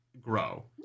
grow